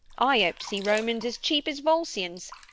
i hope to see romans as cheap as volscians.